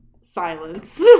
Silence